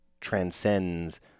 transcends